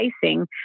facing